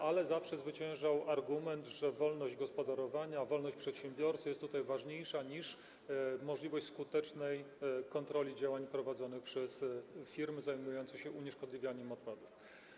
Ale zawsze zwyciężał argument, że wolność gospodarowania, wolność przedsiębiorcy jest tutaj ważniejsza niż możliwość skutecznej kontroli działań prowadzonych przez firmy zajmujące się unieszkodliwianiem odpadów.